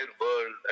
world